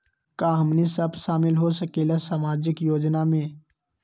का हमनी साब शामिल होसकीला सामाजिक योजना मे?